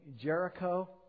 Jericho